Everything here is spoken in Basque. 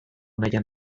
nahian